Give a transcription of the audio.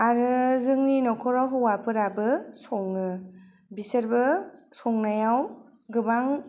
आङो जोंनि नखराव हौवाफोराबो सङो बिसोरबो संनायाव गोबां